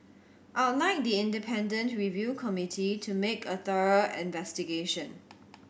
I'll like the independent review committee to make a thorough investigation